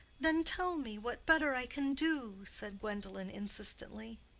then tell me what better i can do, said gwendolen, insistently.